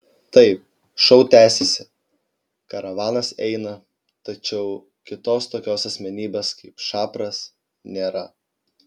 taip šou tęsiasi karavanas eina tačiau kitos tokios asmenybės kaip šapras nėra